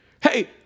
Hey